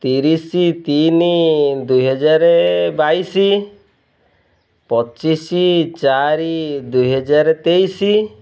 ତିରିଶ ତିନି ଦୁଇହଜାର ବାଇଶ ପଚିଶ ଚାରି ଦୁଇହଜାର ତେଇଶ